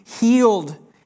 healed